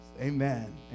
Amen